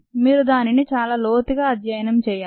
మీరు దానిని చాలా లోతుగా అధ్యాయనం చేయాలి